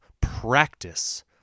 practice